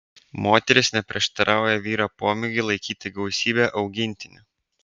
moteris neprieštarauja vyro pomėgiui laikyti gausybę augintinių